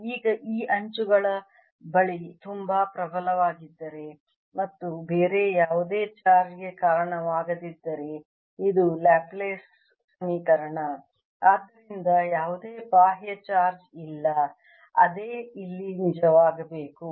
ಈಗ E ಅಂಚುಗಳ ಬಳಿ ತುಂಬಾ ಪ್ರಬಲವಾಗಿದ್ದರೆ ಮತ್ತು ಬೇರೆ ಯಾವುದೇ ಚಾರ್ಜ್ ಗೆ ಕಾರಣವಾಗದಿದ್ದರೆ ಇದು ಲ್ಯಾಪ್ಲೇಸ್ ಸಮೀಕರಣ ಆದ್ದರಿಂದ ಯಾವುದೇ ಬಾಹ್ಯ ಚಾರ್ಜ್ ಇಲ್ಲ ಅದೇ ಇಲ್ಲಿ ನಿಜವಾಗಬೇಕು